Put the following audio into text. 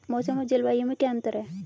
मौसम और जलवायु में क्या अंतर?